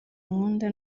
nkunda